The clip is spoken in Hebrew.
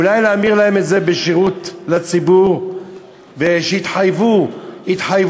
אולי להמיר להם את זה בשירות לציבור ושיתחייבו התחייבויות,